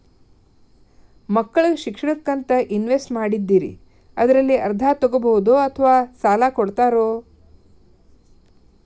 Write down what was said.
ಮಕ್ಕಳ ಶಿಕ್ಷಣಕ್ಕಂತ ಇನ್ವೆಸ್ಟ್ ಮಾಡಿದ್ದಿರಿ ಅದರಲ್ಲಿ ಅರ್ಧ ತೊಗೋಬಹುದೊ ಅಥವಾ ಸಾಲ ಕೊಡ್ತೇರೊ?